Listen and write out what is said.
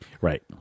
Right